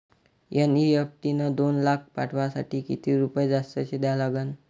NEFT न दोन लाख पाठवासाठी किती रुपये जास्तचे द्या लागन?